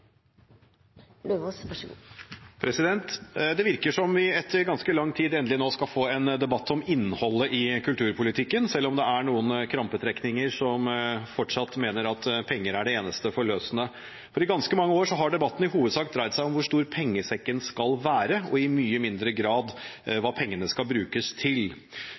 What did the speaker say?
Det virker som om vi etter ganske lang tid endelig skal få en debatt om innholdet i kulturpolitikken, selv om det er noen krampetrekninger, noen som fortsatt mener at penger er det eneste forløsende. I ganske mange år har debatten i hovedsak dreid seg om hvor stor pengesekken skal være og i mye mindre grad hva pengene skal brukes til.